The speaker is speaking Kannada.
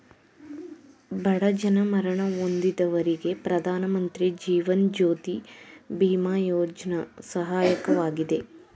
ಬಡ ಜನ ಮರಣ ಹೊಂದಿದವರಿಗೆ ಪ್ರಧಾನಮಂತ್ರಿ ಜೀವನ್ ಜ್ಯೋತಿ ಬಿಮಾ ಯೋಜ್ನ ಸಹಾಯಕವಾಗಿದೆ